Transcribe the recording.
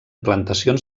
plantacions